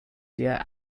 der